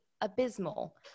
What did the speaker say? abysmal